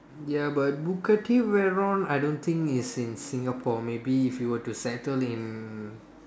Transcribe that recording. ya but Bugatti Veyron I don't think is in Singapore maybe if you were to settle in